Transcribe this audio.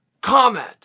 comment